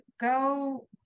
go